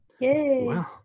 Wow